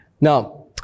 Now